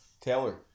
Taylor